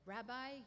Rabbi